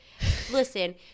Listen